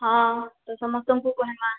ହଁ ତ ସମସ୍ତଙ୍କୁ କହେମା